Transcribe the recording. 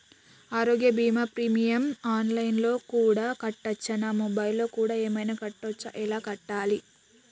ఆరోగ్య బీమా premium online లో కూడా కట్టచ్చా? నా మొబైల్లో కూడా ఏమైనా కట్టొచ్చా? ఎలా కట్టాలి?